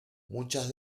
muchas